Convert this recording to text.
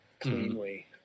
cleanly